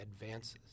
advances